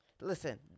Listen